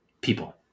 People